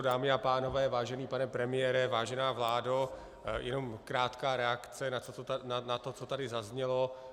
Dámy a pánové, vážený pane premiére, vážená vládo, jenom krátká reakce na to, co tady zaznělo.